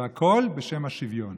והכול בשם השוויון.